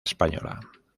española